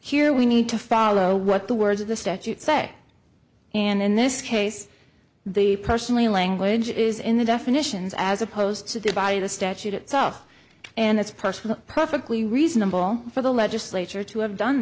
here we need to follow what the words of the statute say and in this case the personally language is in the definitions as opposed to by the statute itself and it's press for the perfectly reasonable for the legislature to have done